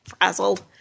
frazzled